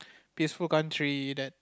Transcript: peaceful country that